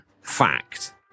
fact